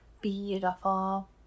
beautiful